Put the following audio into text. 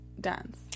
Dance